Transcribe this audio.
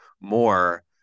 more